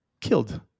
killed